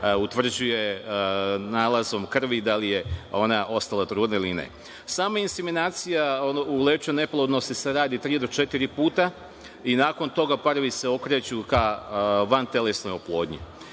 utvrđuje nalazom krvi da li je ona ostala trudna ili ne. Sama inseminacija u lečenju neplodnosti se radi tri do četiri puta i nakon toga parovi se okreću ka vantelesnoj